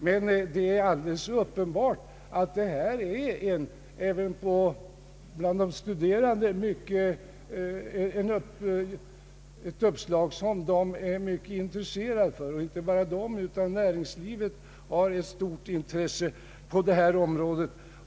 Det är emellertid alldeles uppenbart att de studerande är mycket intresserade av detta uppslag. Inte bara de utan även näringslivet har ett stort intresse på detta område.